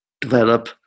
develop